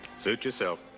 suit yourself.